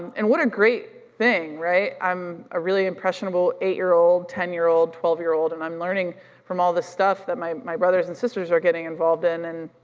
and what a great thing, right? i'm a really impressionable eight year old, ten year old, twelve year old and i'm learning from all this stuff that my my brothers and sisters are getting involved in and